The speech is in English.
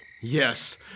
Yes